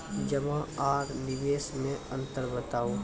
जमा आर निवेश मे अन्तर बताऊ?